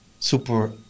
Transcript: super